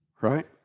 Right